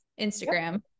Instagram